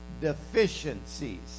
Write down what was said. deficiencies